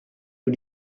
who